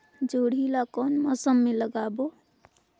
जोणी ला कोन मौसम मा लगाबो?